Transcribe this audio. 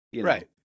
Right